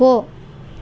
போ